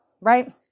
right